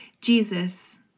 Jesus